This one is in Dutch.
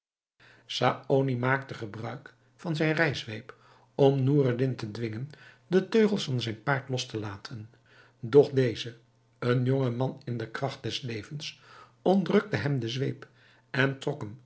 saony maakte gebruik van zijn rijzweep om noureddin te dwingen de teugels van zijn paard los te laten doch deze een jongman in de kracht des levens ontrukte hem de zweep en trok